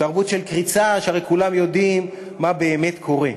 תרבות של קריצה, שהרי כולנו יודעים מה באמת קורה.